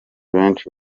benshi